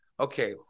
Okay